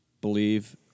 believe